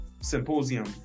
symposium